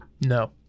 No